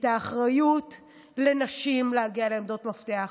את האחריות לנשים להגיע לעמדות מפתח,